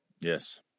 Yes